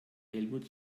helmut